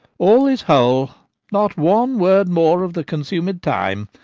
all is whole not one word more of the consumed time.